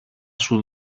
σου